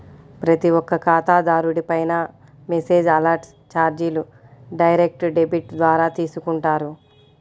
ప్రతి ఒక్క ఖాతాదారుడిపైనా మెసేజ్ అలర్ట్ చార్జీలు డైరెక్ట్ డెబిట్ ద్వారా తీసుకుంటారు